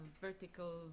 vertical